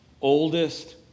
oldest